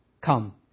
Come